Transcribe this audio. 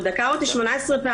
הוא דקר אותי 18 פעמים.